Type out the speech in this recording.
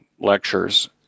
lectures